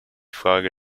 frage